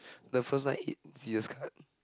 the first time I eat scissors cut